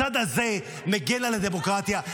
הצד הזה מגן על הדמוקרטיה.